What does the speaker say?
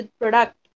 product।